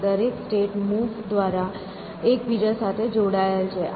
દરેક state move દ્વારા એકબીજા સાથે જોડાયેલા છે